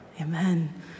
Amen